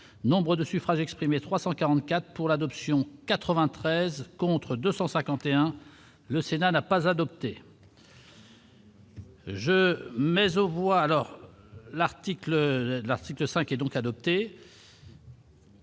Nombre de suffrages exprimés 344 pour l'adoption 93 contre 251 le Sénat n'a pas adopté. Je mais au bout, alors l'article, l'article 5 et donc adopté.